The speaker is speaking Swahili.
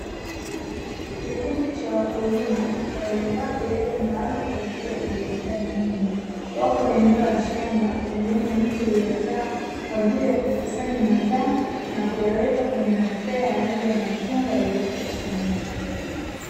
Kikundi cha wakulima waliovaa viatu maalumu kwa ajili ya kujikinga na miba, wapo eneo la shamba pembeni ya mti uliozaa kwa ajili ya kukusanya mazao na kuyaweka kwenye matrei ya rangi ya chungwa yaliyoko chini.